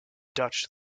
dutch